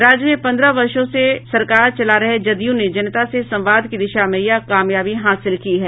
राज्य में पन्द्रह वर्षों से सरकार चला रहे जदयू ने जनता से संवाद की दिशा में यह कामयाबी हासिल की है